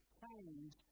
change